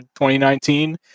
2019